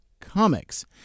comics